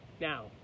Now